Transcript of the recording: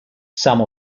some